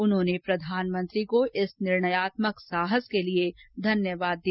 उन्होंने प्रधानमंत्री को इस निर्णयात्मक साहस के लिए धन्यवाद दिया